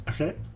Okay